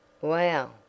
Wow